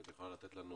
אם את יכולה לתת לנו